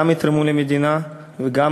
הם גם יתרמו למדינה וגם